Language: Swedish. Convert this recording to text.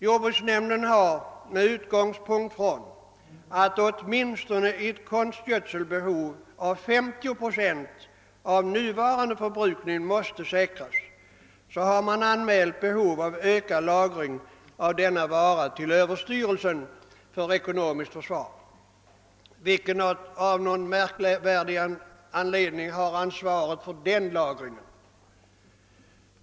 Jordbruksnämnden har med utgångspunkt i att en konstgödseltillgång av åtminstone 50 procent av nuvarande förbrukning måste säkras anmält behov av ökad lagring av denna vara till överstyrelsen för ekonomiskt försvar, vilken av någon märkvärdig anledning har ansvaret för denna lagring.